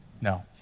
No